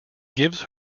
gives